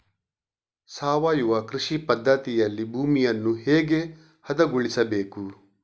ಸಾವಯವ ಕೃಷಿ ಪದ್ಧತಿಯಲ್ಲಿ ಭೂಮಿಯನ್ನು ಹೇಗೆ ಹದಗೊಳಿಸಬೇಕು?